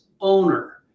owner